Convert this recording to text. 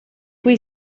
cui